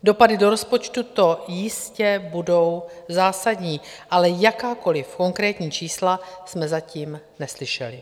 Dopady do rozpočtu to jistě budou zásadní, ale jakákoliv konkrétní čísla jsme zatím neslyšeli.